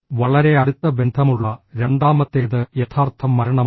വളരെ അടുത്ത ബന്ധമുള്ള രണ്ടാമത്തേത് യഥാർത്ഥ മരണമാണ്